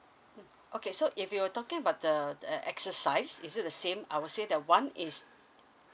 okay so if you were talking about the the exercise is it the same I would say that one is